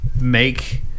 make